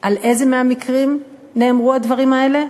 על איזה מהמקרים נאמרו הדברים האלה?